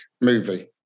movie